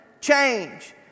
change